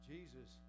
Jesus